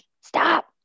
stop